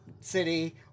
City